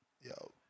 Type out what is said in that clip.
Yo